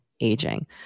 aging